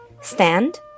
Stand